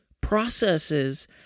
processes